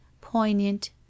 poignant